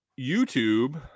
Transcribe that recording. YouTube